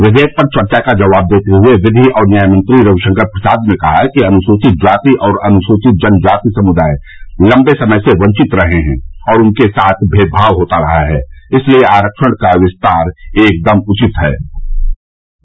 विधेयक पर चर्चा का जवाब देते हुए विधि और न्याय मंत्री रविशंकर प्रसाद ने कहा कि अनुसूचित जाति और अनुसूचित जनजाति समुदाय लंबे समय से वंचित रहे हैं और उनके साथ भेद भाव होता रहा है इसलिए आरक्षण का विस्तार एक उचित कदम है